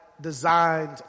designed